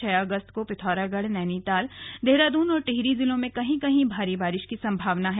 छह अगस्त को पिथौरागढ़ नैनीताल देहरादून और टिहरी जिलों में कहीं कहीं भारी बारिश की संभावना है